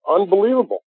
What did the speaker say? unbelievable